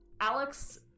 Alex